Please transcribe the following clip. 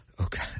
Okay